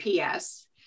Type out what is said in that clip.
ps